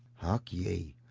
hark ye!